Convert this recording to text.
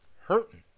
hurting